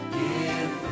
give